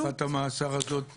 אבל תקופת המאסר הזאת הקצרה,